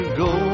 go